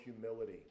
humility